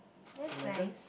that's nice